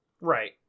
Right